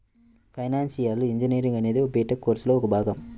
financial engineering అనేది BTech కోర్సులో ఒక భాగం